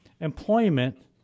employment